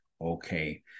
okay